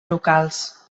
locals